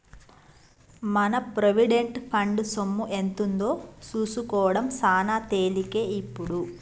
మన provident fund సొమ్ము ఎంతుందో సూసుకోడం సాన తేలికే ఇప్పుడు